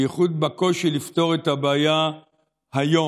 בייחוד בקושי לפתור את הבעיה היום.